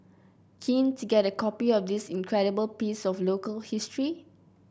keen to get a copy of this incredible piece of local history